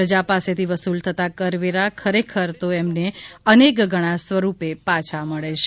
પ્રજા પાસેથી વસૂલ થતા કરવેરા ખરેખર તો એમને અનેકગણા સ્વરૂપે પાછા મળે છે